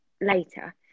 later